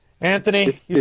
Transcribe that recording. Anthony